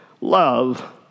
love